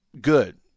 good